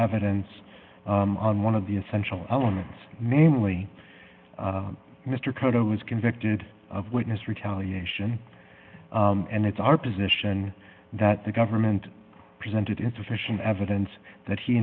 evidence and one of the essential elements namely mr carter was convicted of witness retaliation and it's our position that the government presented insufficient evidence that he